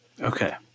Okay